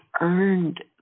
earned